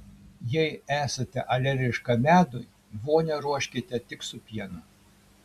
jei esate alergiška medui vonią ruoškite tik su pienu